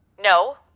No